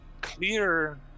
clear